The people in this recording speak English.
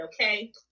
Okay